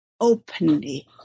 openly